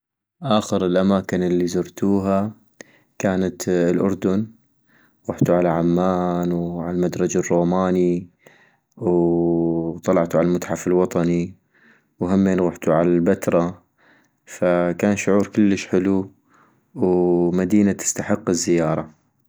آخر الأماكن الي زرتها كانت الاردن - غحتو على عمان وعالمدرج الروماني وطلعتو عالمتحف الوطني ، وهمين غحتو عالبترا ، فكان شعور كلش حلو ومدينة تستحق الزيارة